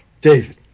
David